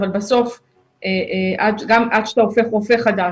אבל בסוף עד שאתה הופך רופא חדש,